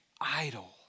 Idle